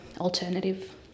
alternative